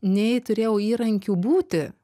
nei turėjau įrankių būti